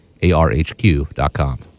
arhq.com